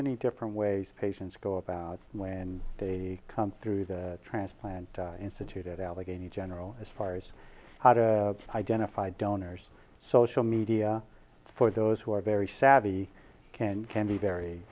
many different ways patients go about when they come through the transplant institute of allegheny general as far as how to identify donors social media for those who are very savvy can can be very